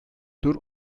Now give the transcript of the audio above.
tur